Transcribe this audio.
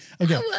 Okay